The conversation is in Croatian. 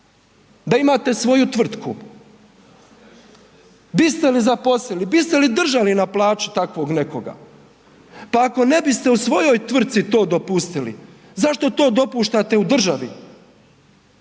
Da imate svoju tvrtku biste li zaposlili, biste li držali na plaći takvog nekoga, pa ako ne biste u svojoj tvrtci to dopustili zašto to dopuštate u državi,